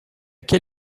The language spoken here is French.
quel